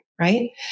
right